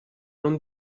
non